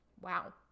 wow